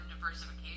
diversification